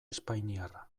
espainiarra